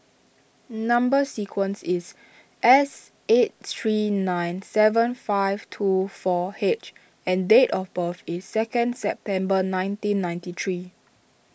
Number Sequence is S eight three nine seven five two four H and date of birth is second September nineteen ninety three